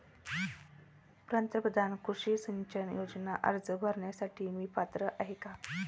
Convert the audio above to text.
प्रधानमंत्री कृषी सिंचन योजना अर्ज भरण्यासाठी मी पात्र आहे का?